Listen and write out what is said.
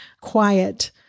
quiet